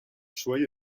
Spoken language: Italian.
suoi